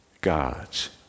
God's